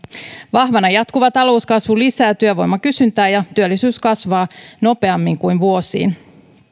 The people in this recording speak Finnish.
vahvana jatkuva talouskasvu lisää työvoiman kysyntää ja työllisyys kasvaa nopeammin kuin vuosiin